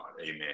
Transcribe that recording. Amen